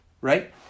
right